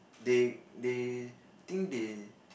they they think they